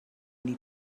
need